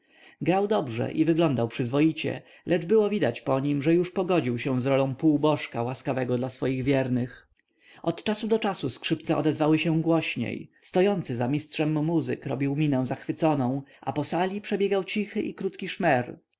grał dobrze i wyglądał przyzwoicie lecz było widać po nim że już pogodził się z rolą półbożka łaskawego dla swoich wiernych od czasu do czasu skrzypce odezwały się głośniej stojący za mistrzem muzyk robił minę zachwyconą a po sali przebiegał cichy i krótki szmer